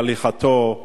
בהליכתו,